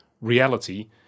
reality –